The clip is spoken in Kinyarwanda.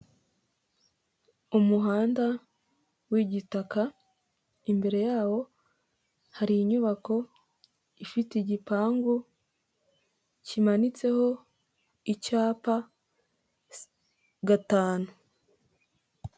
Umuhanda w'igitaka imbere yawo, hari inyubako, ifite igipangu kimanitseho icyapa gatanu.